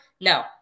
No